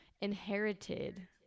Inherited